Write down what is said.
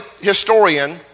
historian